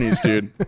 dude